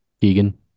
Egan